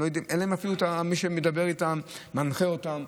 אין להם אפילו מי שמדבר איתם ומנחה אותם.